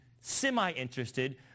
semi-interested